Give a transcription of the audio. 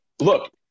look